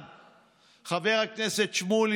שמעתם אז תשמעו את